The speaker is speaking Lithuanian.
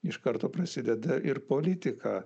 iš karto prasideda ir politika